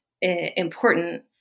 important